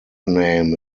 name